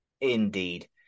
Indeed